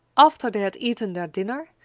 after they had eaten their dinner,